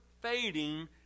fading